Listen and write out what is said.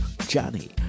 Johnny